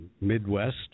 Midwest